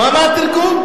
מה התרגום?